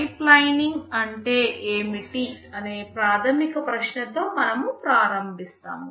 pipelining అంటే ఏమిటి అనే ప్రాథమిక ప్రశ్నతో మనము ప్రారంభిస్తాము